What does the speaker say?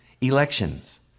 elections